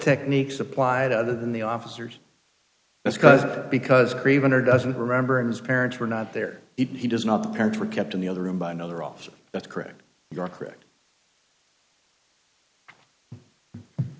techniques applied other than the officers that's because because craven or doesn't remember and his parents were not there he does not the parents were kept in the other room by another officer that's correct you're correct